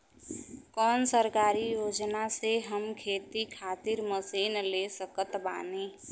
कौन सरकारी योजना से हम खेती खातिर मशीन ले सकत बानी?